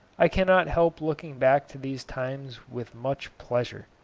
i cannot help looking back to these times with much pleasure.